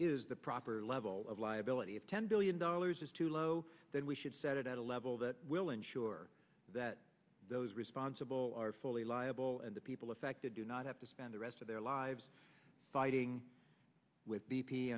is the proper level of liability if ten billion dollars is too low then we should set it at a level that will ensure that those responsible are fully liable and the people affected do not have to spend the rest of their lives fighting with